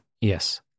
Yes